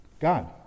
God